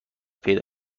پیدا